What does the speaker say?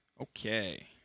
Okay